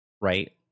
right